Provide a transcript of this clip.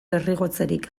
derrigortzerik